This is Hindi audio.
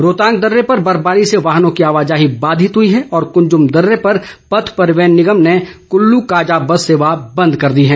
रोहतांग दर्रे पर बर्फबारी वाहनों की आवाजाही बाधित हुई है और कुंजम दर्रे पर पथ परिवहन निगम ने कुल्लू काजा बस सेवा बंद कर दी है